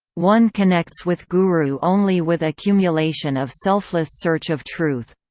one connects with guru only with accumulation of selfless search of truth.